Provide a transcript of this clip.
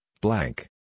Blank